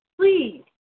Please